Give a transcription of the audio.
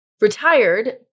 retired